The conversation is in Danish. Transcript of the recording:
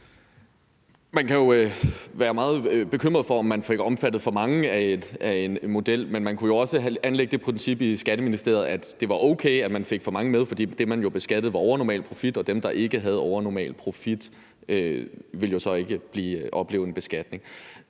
Man kan jo være meget bekymret for, om man fik omfattet for mange af en model, men man kunne også anlægge det princip i Skatteministeriet, at det var okay, at man fik for mange med, fordi det, man beskattede, var overnormal profit, og dem, der ikke havde overnormal profit, ville jo så ikke opleve en beskatning.